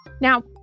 Now